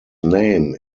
name